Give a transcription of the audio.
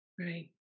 Right